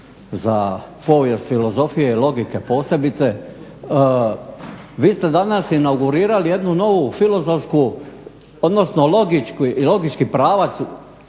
za povijest filozofije i logike posebice, vi ste danas inaugurirali jednu novu filozofsku, odnosno logički pravac